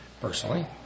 personally